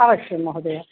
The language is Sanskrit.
अवश्यं महोदय